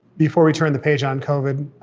before we turn the page on covid,